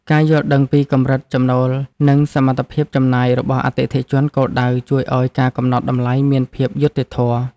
ការយល់ដឹងពីកម្រិតចំណូល និងសមត្ថភាពចំណាយរបស់អតិថិជនគោលដៅជួយឱ្យការកំណត់តម្លៃមានភាពយុត្តិធម៌។